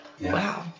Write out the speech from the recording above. Wow